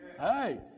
hey